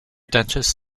dentists